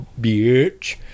bitch